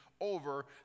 over